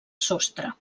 sostre